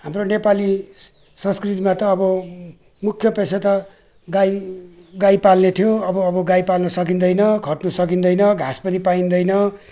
हाम्रो नेपाली संस्कृतिमा त अब मुख्य पेसा त गाई गाई पाल्ने थियो अब अब गाई पाल्न सकिँदैन खट्न सकिँदैन घाँस पनि पाइँदैन